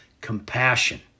compassion